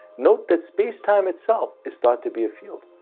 note that space-time itself is thought to be a field,